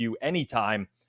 anytime